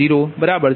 0 0